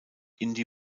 indie